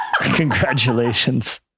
Congratulations